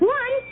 one